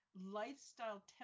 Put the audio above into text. lifestyle